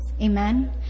Amen